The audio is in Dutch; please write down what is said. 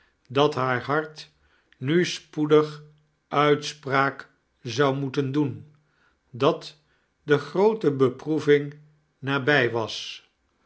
dat haar hart mi spoedig uitspraak zou moeten doen dat de gioote beproeving nabij was